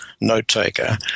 note-taker